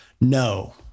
No